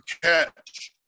catch